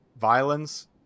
violence